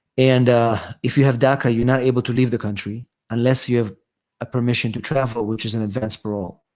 and if you have daca you're not able to leave the country unless you have permission to travel which is an advance parole,